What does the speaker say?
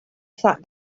sat